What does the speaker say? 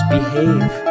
behave